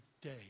day